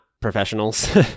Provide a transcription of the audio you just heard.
professionals